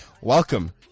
welcome